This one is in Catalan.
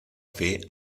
fer